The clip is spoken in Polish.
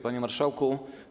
Panie Marszałku!